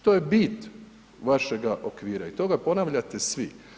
To je bit vašega okvira i toga ponavljate svi.